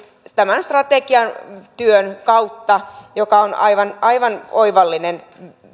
tämän strategiatyön kautta joka on aivan aivan oivallinen